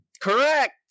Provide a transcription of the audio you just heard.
correct